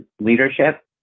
leadership